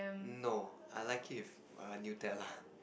no I like it with err Nutella